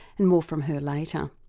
and more from her later.